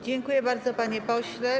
Dziękuję bardzo, panie pośle.